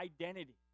identity